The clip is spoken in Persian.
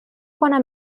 کنم